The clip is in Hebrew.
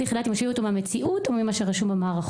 צריך לדעת אם משווים אותו מהמציאות או ממה שרשום במערכות.